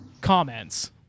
comments